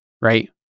right